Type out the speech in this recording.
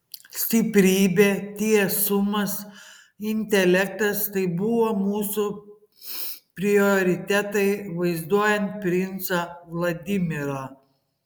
stiprybė tiesumas intelektas tai buvo mūsų prioritetai vaizduojant princą vladimirą